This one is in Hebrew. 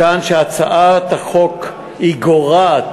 מכאן שהצעת החוק גורעת,